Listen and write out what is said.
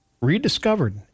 Rediscovered